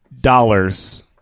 dollars